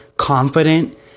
confident